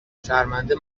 شرمنده